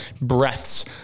breaths